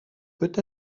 peut